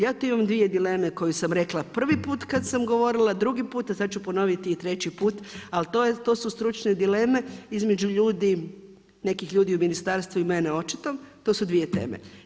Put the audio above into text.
Ja tu imam dvije dileme koje sam rekla prvi put kada sam govorila, drugi puta, sada ću ponoviti i treći put ali to su stručne dileme između ljudi, nekih ljudi u ministarstvu i mene očito, to su dvije teme.